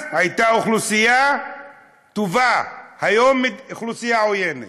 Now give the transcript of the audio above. אז הייתה אוכלוסייה טובה, היום, אוכלוסייה עוינת.